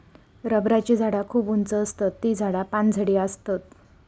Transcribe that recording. रबराची झाडा खूप उंच आसतत ती झाडा पानझडी आसतत